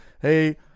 Hey